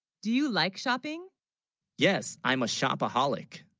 do you, like shopping yes i'm a shopaholic